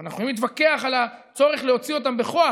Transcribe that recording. אנחנו יכולים להתווכח על הצורך להוציא אותם בכוח,